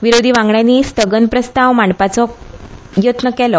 विरोधी वांगड्यांनी स्थगन प्रस्ताव मांडपाचो यत्न केलो